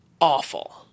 awful